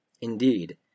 Indeed